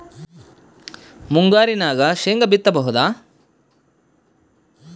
ಮುಂಗಾರಿನಾಗ ಶೇಂಗಾ ಬಿತ್ತಬಹುದಾ?